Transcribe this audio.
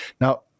Now